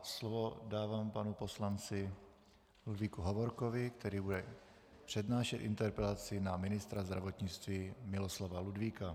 Slovo dávám panu poslanci Ludvíku Hovorkovi, který bude přednášet interpelaci na ministra zdravotnictví Miloslava Ludvíka.